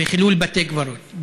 וחילול בתי קברות.